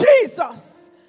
Jesus